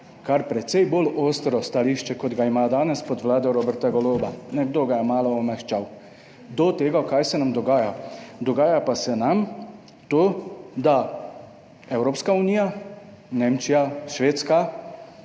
kar precej bolj ostro stališče, kot ga ima danes pod vlado Roberta Goloba, nekdo ga je malo omehčal do tega kaj se nam dogaja. Dogaja pa se nam to, da Evropska unija, Nemčija, Švedska,